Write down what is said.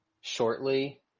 shortly